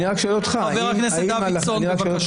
חבר הכנסת דוידסון, בבקשה.